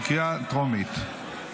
בקריאה טרומית.